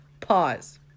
pause